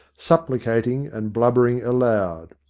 supplicating and blubbering aloud.